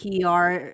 PR